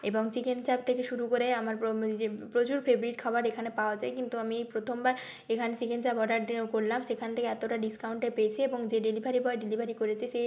এবং চিকেন চাপ থেকে শুরু করে আমার প্র মানে যে প্রচুর ফেভারিট খাবার এখানে পাওয়া যায় কিন্তু আমি এই প্রথমবার এখানে চিকেন চাপ অর্ডার করলাম সেখান থেকে এতটা ডিসকাউন্টে পেয়েছি এবং যে ডেলিভারি বয় ডেলিভারি করেছে সে